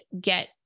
get